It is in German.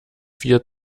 vier